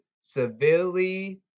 severely